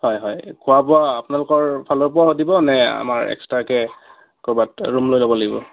হয় হয় খোৱা বোৱা আপোনালোকৰ ফালৰ পৰাও দিব নে আমাৰ এক্সট্ৰাকে ক'ৰবাত ৰূম লৈ ল'ব লাগিব